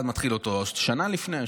אחד מתחיל אותו שנה לפני,